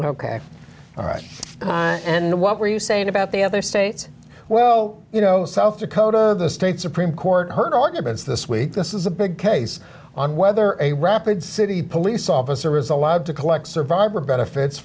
ok all right and what were you saying about the other states well you know south dakota the state supreme court heard arguments this week this is a big case on whether a rapid city police officer is allowed to collect survivor benefits